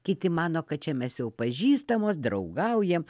kiti mano kad čia mes jau pažįstamos draugaujam